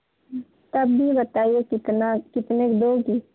तब भी बताइए कितना कितने में दोगी